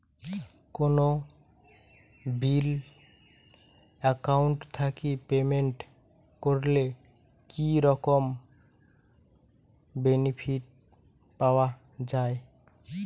কোনো bill account থাকি payment করলে কি রকম বেনিফিট পাওয়া য়ায়?